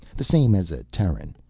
the same as a terran.